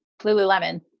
Lululemon